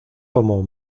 como